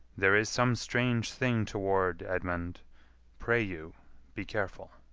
there is some strange thing toward, edmund pray you be careful.